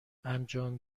انجام